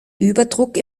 überdruck